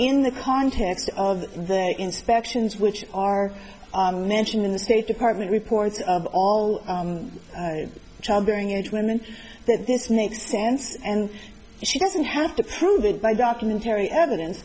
in the context of the inspections which are mentioned in the state department reports of all child bearing age women that this makes sense and she doesn't have to prove it by documentarian evidence